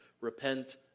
Repent